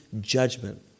judgment